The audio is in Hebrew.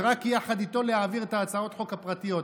ורק יחד איתו להעביר את הצעות החוק הפרטיות.